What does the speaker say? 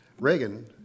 Reagan